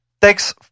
thanks